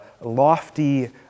lofty